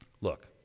Look